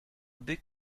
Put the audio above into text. big